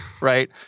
right